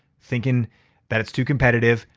thinking that it's too competitive,